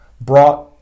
brought